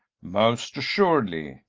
most assuredly,